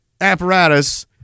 apparatus